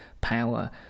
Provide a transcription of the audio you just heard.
power